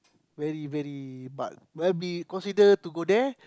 very very but will be consider to go there